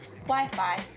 Wi-Fi